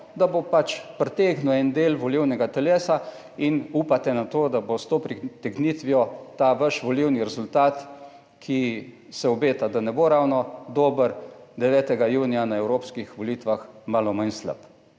da bo pač pritegnil en del volilnega telesa in upate na to, da bo s to pritegnitvijo ta vaš volilni rezultat, ki se obeta, da ne bo ravno dober, 9. junija, na evropskih volitvah, malo manj slab.